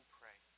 pray